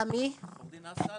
אסל